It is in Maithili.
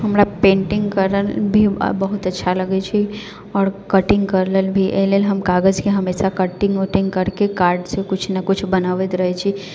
हमरा पैन्टिङ्ग करल भी बहुत अच्छा लगै छै आओर कटिङ्ग करल भी अय लेल हम कागजके हमेशा कटिङ्ग उटिङ्ग करके कार्डसँ किछु ने किछु बनाबैत रहै छी